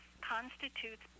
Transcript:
constitutes